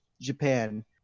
Japan